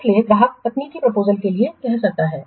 इसलिए ग्राहक तकनीकी प्रपोजलस के लिए कह सकता है